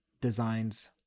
designs